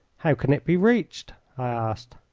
how can it be reached? i asked.